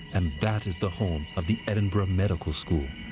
and that is the home of the edinburgh medical school.